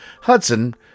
Hudson